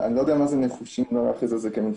אני לא יודע מה זה נחושים לא להכריז על זה כמפגע.